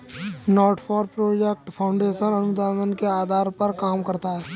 not for profit foundation अनुदान के आधार पर काम करता है